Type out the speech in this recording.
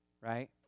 right